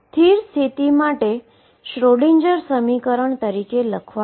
તેથી જો હું આને મૂળ શ્રોડિંજર સમીકરણમાં મુકુ